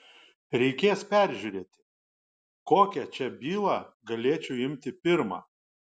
reikės peržiūrėti kokią čia bylą galėčiau imti pirmą